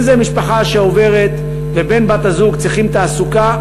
אם משפחה עוברת ובן או בת הזוג צריכים תעסוקה,